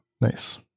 Nice